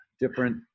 different